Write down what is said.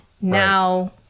Now